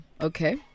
Okay